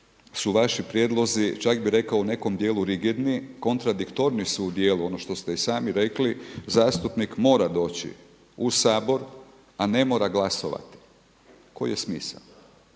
su vaši prijedlozi čak bi rekao u nekom dijelu rigidniji. Kontradiktorni su u dijelu ono što ste i sami rekli zastupnik mora doći u Sabor, a ne mora glasovati, koji je smisao?